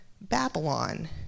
Babylon